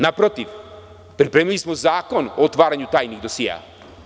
Naprotiv, pripremili smo zakon o otvaranju tajnih dosijea.